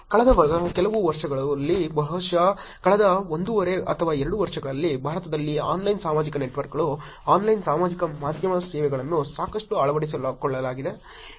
ಕಳೆದ ಕೆಲವು ವರ್ಷಗಳಲ್ಲಿ ಬಹುಶಃ ಕಳೆದ ಒಂದೂವರೆ ಅಥವಾ 2 ವರ್ಷಗಳಲ್ಲಿ ಭಾರತದಲ್ಲಿ ಆನ್ಲೈನ್ ಸಾಮಾಜಿಕ ನೆಟ್ವರ್ಕ್ಗಳು ಆನ್ಲೈನ್ ಸಾಮಾಜಿಕ ಮಾಧ್ಯಮ ಸೇವೆಗಳನ್ನು ಸಾಕಷ್ಟು ಅಳವಡಿಸಿಕೊಳ್ಳಲಾಗಿದೆ